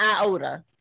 iota